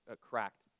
cracked